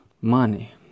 money